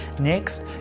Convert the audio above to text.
Next